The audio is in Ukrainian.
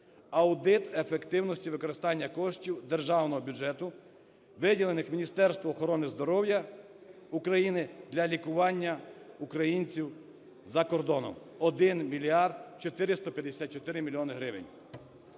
Аудит ефективності використання коштів державного бюджету, виділених Міністерству охорони здоров'я України для лікування українців за кордоном – 1 мільярд 454 мільйони